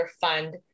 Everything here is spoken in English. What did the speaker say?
fund